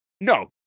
No